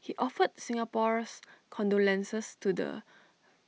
he offered Singapore's condolences to the